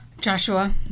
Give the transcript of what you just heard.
Joshua